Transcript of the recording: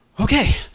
okay